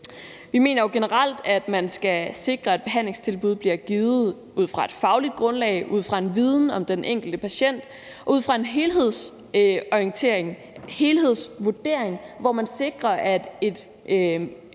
Vi mener jo generelt, at man skal sikre, at et behandlingstilbud bliver givet ud fra et sagligt grundlag og ud fra en viden om den enkelte patient og ud fra en helhedsvurdering, hvor det sikres, at et præparat